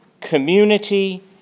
community